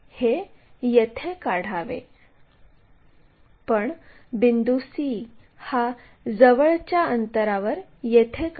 चला हे पुन्हा एकदा शीटवर काढू